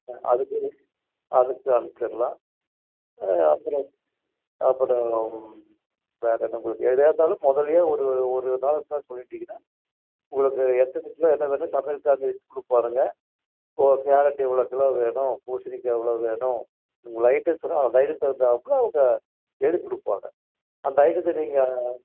ஆ அதுக்கு அதுக்கு அனுப்ச்சிரலாம் ஆ அப்புறம் அப்புறம் வேறு என்ன உங்களுக்கு எதாக இருந்தாலும் முதல்லயே ஒரு ஒரு நாள் முன்னாடியே சொல்லிவிட்டிங்கன்னா உங்களுக்கு எத்தனை கிலோ என்ன வேணும் சமையல்காரங்க லிஸ்ட்டு கொடுப்பாருங்க இப்போ கேரட்டு இவ்வளோ கிலோ வேணும் பூசணிக்காய் இவ்வளோது வேணும் உங்களது ஐட்டம் சொன்னால் அந்த ஐட்டத்துக்கு தகுந்தாப்பில அவங்க எழுதி கொடுப்பாங்க அந்த ஐட்டத்தை நீங்கள்